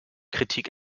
kritik